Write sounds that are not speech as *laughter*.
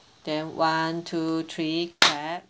then one two three clap *noise*